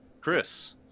Chris